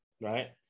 right